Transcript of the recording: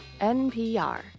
NPR